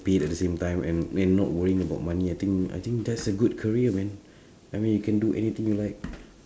paid at the same time and and not worrying about money I think I think that's a good career man I mean you can do anything you like